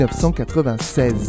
1996